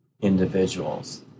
individuals